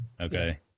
Okay